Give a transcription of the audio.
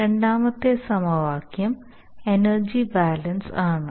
രണ്ടാമത്തെ സമവാക്യം energy balance ആണ്